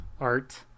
art